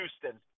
Houston